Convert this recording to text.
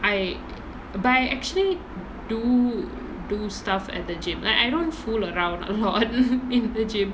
I but I actually do do stuff at the gym like I don't fool around a lot in the gym